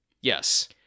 Yes